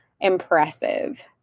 impressive